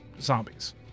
zombies